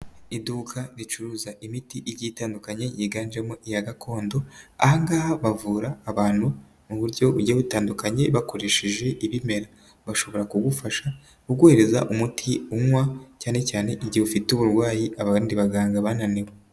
Iduka ricuruza imiti igitandukanye yiganjemo iya gakondo, ahangaha bavura abantu mu buryo bugiye butandukanye bakoresheje ibimera, bashobora kugufasha kuguhereza umuti unywa cyane cyane igihe ufite uburwayi abandi baganga bananiwe.